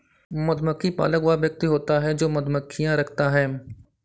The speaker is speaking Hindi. मधुमक्खी पालक वह व्यक्ति होता है जो मधुमक्खियां रखता है